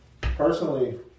personally